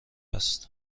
است